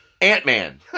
Ant-Man